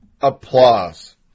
applause